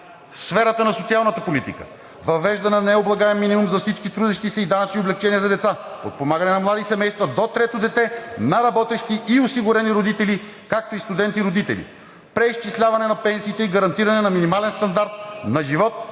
сферата „Социална политика“ – въвеждане на необлагаем минимум за всички трудещи се; данъчни облекчения за деца, подпомагане на млади семейства до трето дете на работещи и осигурени родители, както и на студенти родители; преизчисляване на пенсиите и гарантиране на минимален стандарт на живот